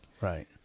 Right